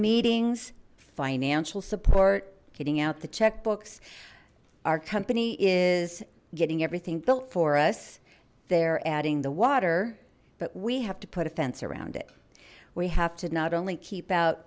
meetings financial support getting out the checkbooks our company is getting everything built for us they're adding the water but we have to put a fence around it we have to not only keep out